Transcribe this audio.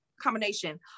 combination